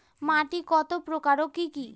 মাটি কত প্রকার ও কি কি?